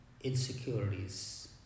insecurities